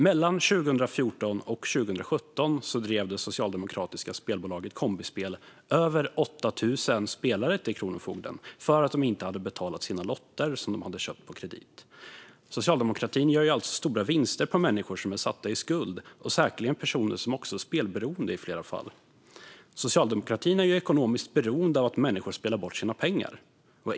Mellan 2014 och 2017 drev det socialdemokratiska spelbolaget Kombispel över 8 000 spelare till Kronofogden för att de inte hade betalat lotter som de hade köpt på kredit. Socialdemokratin gör alltså stora vinster på människor som är satta i skuld och säkerligen också i flera fall spelberoende. Socialdemokratin är ekonomiskt beroende av att människor spelar bort sina pengar.